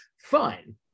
Fine